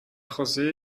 josé